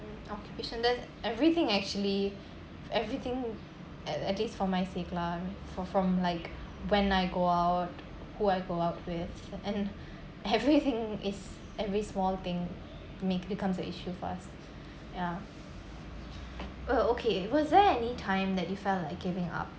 occupational everything actually everything at least for my sake lah for from like when I go out who I grew up with and everything is every small thing make becomes a issue for us ya uh okay was there any time that you felt like giving up